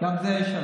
גם את זה ישנו.